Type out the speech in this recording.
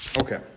okay